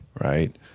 right